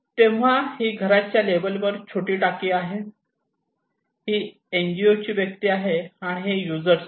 तेव्हा ही घराच्या लेव्हल वर छोटी टाकी आहे ही NGO ची व्यक्ती आहे आणि हे यूजर आहेत